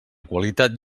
qualitat